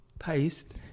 paste